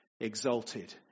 exalted